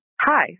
Hi